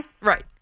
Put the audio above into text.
Right